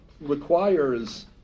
requires